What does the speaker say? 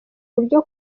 buryo